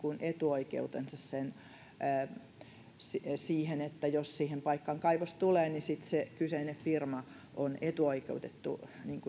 etuoikeutensa siihen niin että jos siihen paikkaan kaivos tulee niin sitten se kyseinen firma on etuoikeutettu